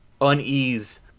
unease